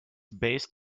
based